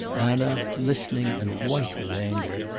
anna, listening and white with anger,